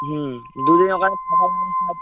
হুম দু দিন ওখানে থাকা